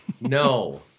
no